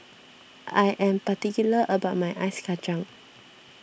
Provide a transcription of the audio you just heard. I am particular about my Ice Kacang